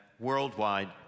Worldwide